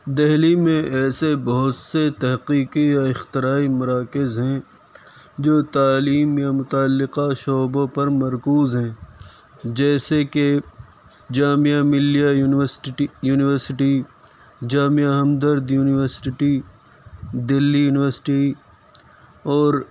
دہلی میں ایسے بہت سے تحقیقی و اختراعی مراکز ہیں جو تعلیم یا متعلقہ شعبوں پر مرکوز ہیں جیسے کہ Jamia Millia university Jamia Hamdard university Delhi university اور